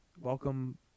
Welcome